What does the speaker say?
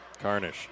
Carnish